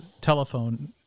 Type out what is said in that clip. telephone